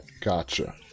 Gotcha